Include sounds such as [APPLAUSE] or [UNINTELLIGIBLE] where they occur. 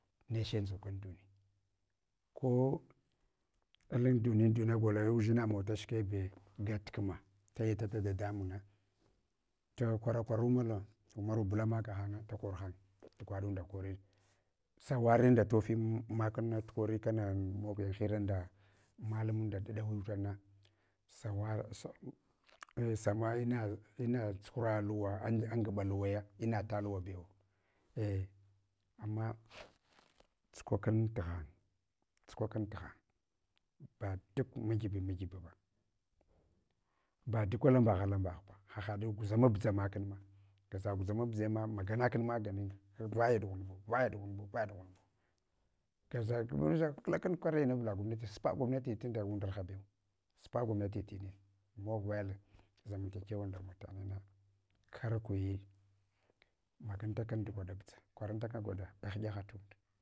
Neche ndzukan duniya ko [UNINTELLIGIBLE] udzina mawa dashikebe gat kma taya tata dadamun na to kwara kwava mala umaru bulama gahama da korhan, t'gwaɗunda kori, sawarinda tofin makan na tukori kana mogin hiva nda mallu manda da ɗawiwtana, sawara, sa a sanwa ina tsuhura luwa ang angaɓa luwaya ma ta luwa bewa, a ama tsuka kan t'ghan, tsukwa kan t'ghan, ba duk ma gibi magibeba, ba duk alam bagha lam baghba, hahaɗ guzama buɗza makan ma, gaza guzama budze ma, magana kam magani vaya ɗughanbu vaya dughanbu vaya dughanbu, gaza [HESITATION] kla kun karyine avla gomnati supa gomnati tunda unɗarha bew supa gwamnati tinin, mog vayal zamantakewa nda matan'nguna kar kuyi maganta kun t'gwaɗa budza kwarantakun gwaɗa ɗyahdyaha tund.